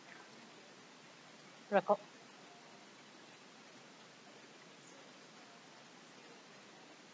record